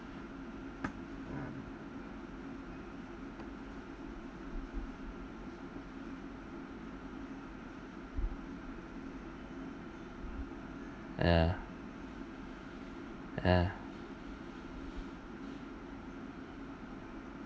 ya ya